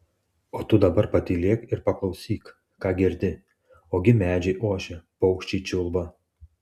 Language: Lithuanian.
o tu dabar patylėk ir paklausyk ką girdi ogi medžiai ošia paukščiai čiulba